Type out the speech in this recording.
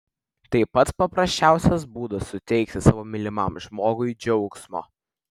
tai pats paprasčiausias būdas suteikti savo mylimam žmogui džiaugsmo